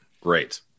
Great